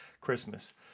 Christmas